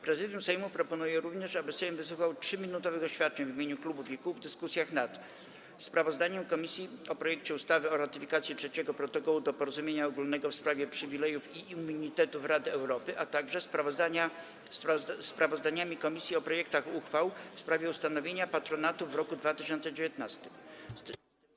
Prezydium Sejmu proponuje również, aby Sejm wysłuchał 3-minutowych oświadczeń w imieniu klubów i kół w dyskusjach nad: - sprawozdaniem komisji o projekcie ustawy o ratyfikacji Trzeciego Protokołu do Porozumienia ogólnego w sprawie przywilejów i immunitetów Rady Europy, - sprawozdaniami komisji o projektach uchwał w sprawie ustanowienia patronatów roku 2019.